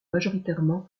majoritairement